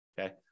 Okay